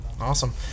awesome